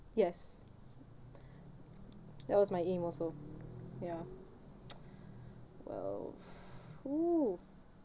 yes that was my aim also ya wells oo